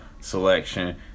selection